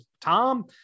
Tom